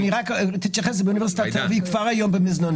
כבר היום,